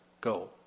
go